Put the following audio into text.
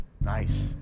nice